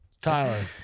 Tyler